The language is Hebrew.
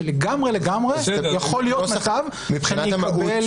שלגמרי לגמרי יכול להיות מצב שאני אקבל